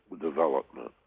development